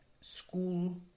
school